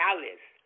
Alice